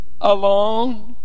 alone